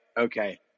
Okay